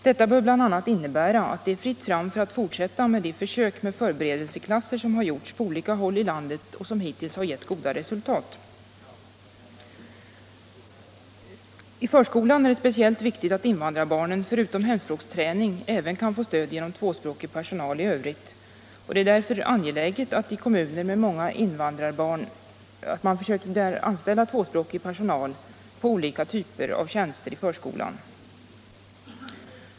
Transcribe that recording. Detta bör bl.a. innebära att det är fritt fram för att fortsätta med de försök med förberedelseklasser som gjorts på olika håll i landet och som hittills har gett goda resultat. I förskolan är det speciellt viktigt att invandrarbarnen förutom hemspråksträning även kan få stöd genom tvåspråkig personal i övrigt. Det är därför i kommuner med många invandrarbarn angeläget att man där försöker anställa tvåspråkig personal på olika typer av tjänster i förskolan.